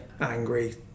angry